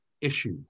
issue